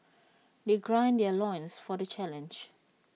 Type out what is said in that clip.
they ground their loins for the challenge